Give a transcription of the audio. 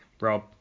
rob